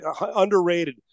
underrated